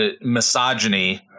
misogyny